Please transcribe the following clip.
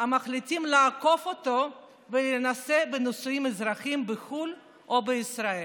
המחליטים לעקוף אותו ולהינשא בנישואים אזרחיים בחו"ל או בישראל,